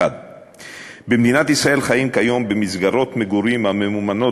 1 2. במדינת ישראל חיים כיום במסגרות מגורים הממומנות